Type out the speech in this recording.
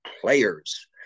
players